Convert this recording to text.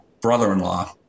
brother-in-law